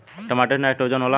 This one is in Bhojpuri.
टमाटर मे नाइट्रोजन होला?